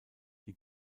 die